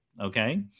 Okay